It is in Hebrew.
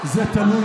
חברים, זה תלוי